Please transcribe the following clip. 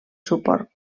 suport